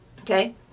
Okay